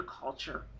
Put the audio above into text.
culture